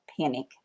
panic